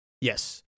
Yes